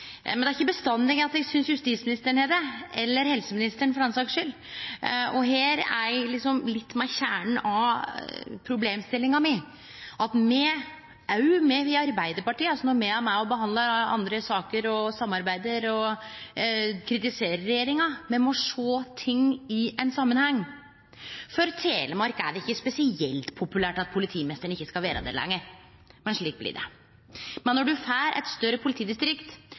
er ikkje bestandig eg synest justisministeren har det – eller helseministeren for den sakas skuld. Her er eg litt ved kjernen av problemstillinga mi: at òg me i Arbeidarpartiet, når me er med og behandlar andre saker og samarbeider og kritiserer regjeringa, må sjå ting i ein samanheng. For Telemark er det ikkje spesielt populært at politimeisteren ikkje skal vere der lenger, men slik blir det. Men når ein får eit større politidistrikt,